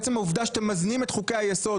עצם העובדה שאתם מזנים את חוקי היסוד,